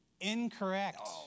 Incorrect